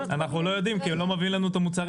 אנחנו לא יודעים כי הם לא מביאים לנו את המוצרים.